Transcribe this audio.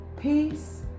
peace